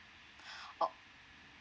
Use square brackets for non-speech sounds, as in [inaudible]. [breath] oh